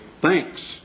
Thanks